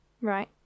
Right